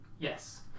Yes